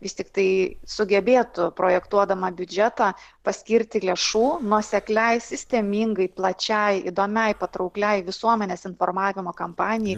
vis tiktai sugebėtų projektuodama biudžetą paskirti lėšų nuosekliai sistemingai plačiai įdomiai patraukliai visuomenės informavimo kampanijai